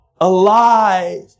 alive